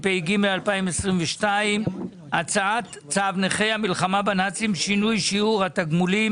התשפ"ג-2022; הצעת צו נכי רדיפות הנאצים (שינוי שיעור התגמולים),